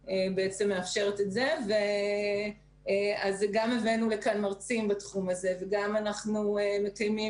לצורך ההסברה הבאנו לכאן מרצים בתחום הזה וגם אנחנו מקימים,